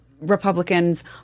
Republicans